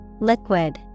Liquid